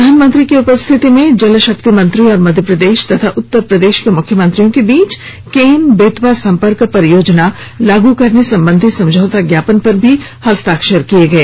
प्रधानमंत्री की उपस्थिति में जल शक्ति मंत्री और मध्य प्रदेश तथा उत्तर प्रदेश के मुख्यमंत्रियों के बीच केन बेतवा संपर्क परियोजना लागू करने संबंधी समझौता ज्ञापन पर भी हस्ताक्षर किए गए